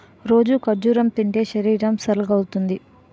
రోజూ ఖర్జూరం తింటే శరీరం సల్గవుతుంది